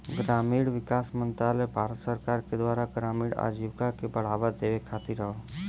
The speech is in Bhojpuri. ग्रामीण विकास मंत्रालय भारत सरकार के द्वारा ग्रामीण आजीविका के बढ़ावा देवे खातिर हौ